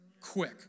quick